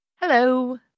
Hello